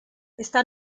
está